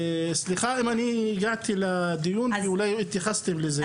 וסליחה אם אני הגעתי לדיון כי אולי התייחסתם לזה.